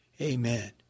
Amen